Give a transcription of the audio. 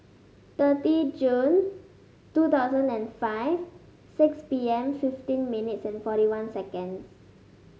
thirty June two thousand and five six P M fifteen minutes forty one seconds